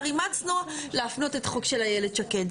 אימצנו להפנות את החוק של איילת שקד.